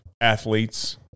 athletes